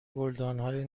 گلدانهای